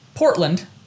Portland